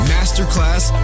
Masterclass